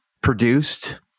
produced